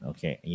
Okay